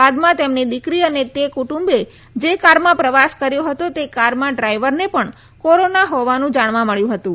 બાદમાં તેમની દિકરી અને તે ક્રટુંબે જે કારમાં પ્રવાસ કર્યો હતો તે કારમાં ડ્રાઇવર ને પણ કોરોના હોવાનું જાણવા મબ્યું હતું